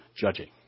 judging